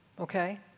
Okay